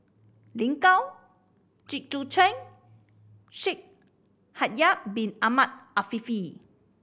Lin Gao Jit Koon Ch'ng and Shaikh Yahya Bin Ahmed Afifi